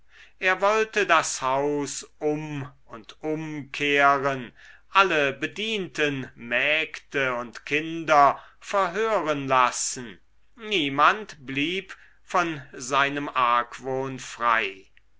er wollte das haus um und um kehren alle bedienten mägde und kinder verhören lassen niemand blieb von seinem argwohn frei